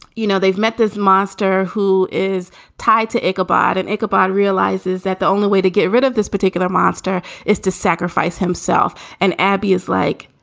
you know, they've met this monster who is tied to ichabod. and acbar realizes that the only way to get rid of this particular monster is to sacrifice himself. and abby is like,